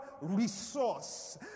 resource